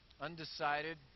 undecided